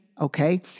okay